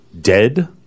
Dead